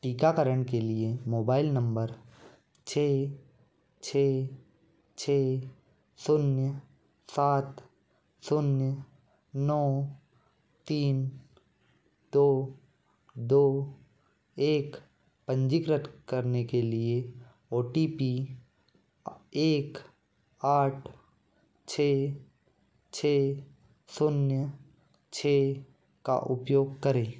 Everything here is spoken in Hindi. टीकाकरण के लिए मोबाइल नंबर छः छः छः शून्य सात शून्य नौ तीन दो दो एक पंजीकृत करने के लिए ओ टी पी एक आठ छः छः शून्य छः का उपयोग करें